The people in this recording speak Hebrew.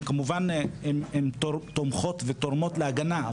הן כמובן תומכות ותורמות להגנה.